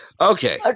Okay